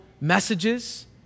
messages